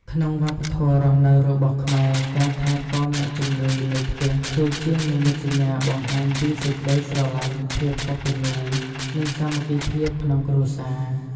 ក្នុងវប្បធម៌រស់នៅរបស់ខ្មែរ ការថែទាំអ្នកជម្ងឺនៅផ្ទះគឺជានិមិត្តសញ្ញាបង្ហាញពីសេចក្ដីស្រឡាញ់ ភាពកត្តញ្ញូ និងសាមគ្គីភាពក្នុងគ្រួសារ។